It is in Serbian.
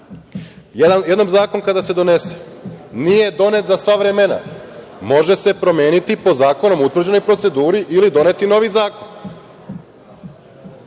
Jednom zakon kada se donese nije donet za sva vremena, može se promeniti po zakonom utvrđenoj proceduri ili doneti novi zakon.